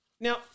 now